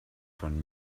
von